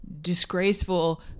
disgraceful